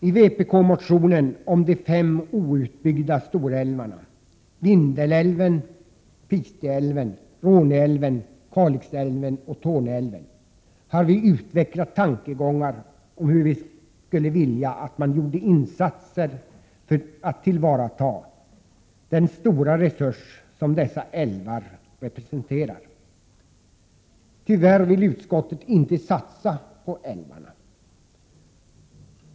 I vpk-motionen om de fem outbyggda storälvarna Vindelälven, Pite älv, Råneälven, Kalix älv och Torne älv har vi utvecklat tankegångar om hur vi skulle vilja att man gjorde insatser för att tillvarata den stora resurs som dessa älvar representerar. Tyvärr vill utskottet inte satsa på älvarna.